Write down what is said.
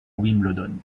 wimbledon